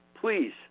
please